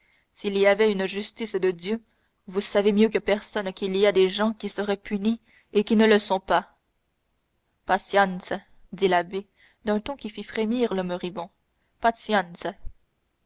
s'il y avait une justice de dieu vous savez mieux que personne qu'il y a des gens qui seraient punis et qui ne le sont pas patience dit l'abbé d'un ton qui fit frémir le moribond patience